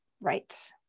Right